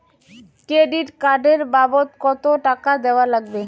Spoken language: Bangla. ক্রেডিট কার্ড এর বাবদ কতো টাকা দেওয়া লাগবে?